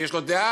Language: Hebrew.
שיש לו דעה,